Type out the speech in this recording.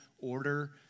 order